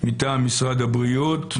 מטעם משרד הבריאות,